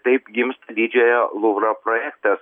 taip gimsta didžiojo luvro projektas